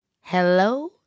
hello